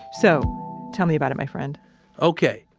so tell me about it my friend okay.